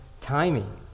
timing